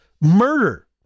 Murder